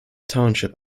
township